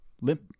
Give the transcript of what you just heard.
Limp